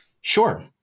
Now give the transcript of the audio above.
Sure